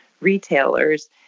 retailers